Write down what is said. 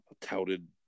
touted